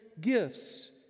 gifts